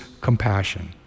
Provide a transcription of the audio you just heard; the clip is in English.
compassion